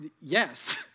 Yes